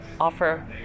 offer